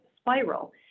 spiral